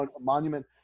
monument